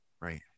Right